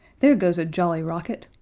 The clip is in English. there goes a jolly rocket,